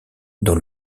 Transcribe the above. dans